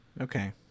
Okay